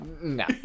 No